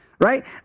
right